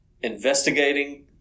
investigating